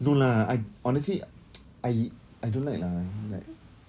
no lah I honestly I I don't like lah I mean like